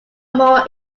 more